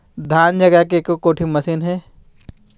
धान जगाए के एको कोठी मशीन हे?